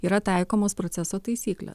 yra taikomos proceso taisyklė